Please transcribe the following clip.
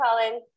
Colin